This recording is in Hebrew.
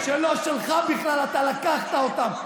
אתה בחיים שלך לא הרווחת מיליון שקל.